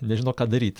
nežino ką daryt